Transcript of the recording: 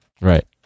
Right